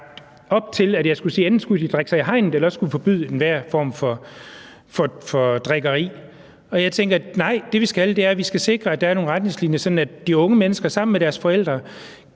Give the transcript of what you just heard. op til, at jeg skulle sige, at enten skulle de drikke sig i hegnet, eller også skulle vi forbyde enhver form for drikkeri. Og jeg tænker: Nej, det, vi skal, er, at vi skal sikre, at der er nogle retningslinjer, sådan at de unge mennesker sammen med deres forældre